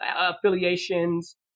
affiliations